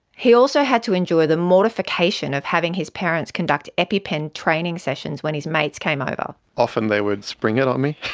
he also had to endure the mortification of having his parents conduct epi-pen training sessions when his mates came over. often they would spring it on me.